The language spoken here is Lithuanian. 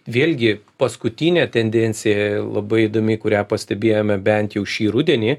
vėlgi paskutinė tendencija labai įdomi kurią pastebėjome bent jau šį rudenį